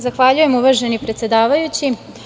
Zahvaljujem, uvaženi predsedavajući.